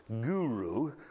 guru